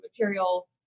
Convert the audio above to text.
material